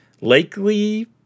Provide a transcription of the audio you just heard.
Likely